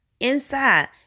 inside